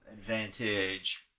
advantage